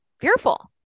fearful